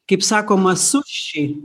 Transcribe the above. kaip sakoma su ši